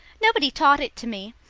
nobody taught it to me.